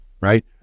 right